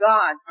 God